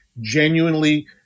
genuinely